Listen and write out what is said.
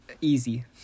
Easy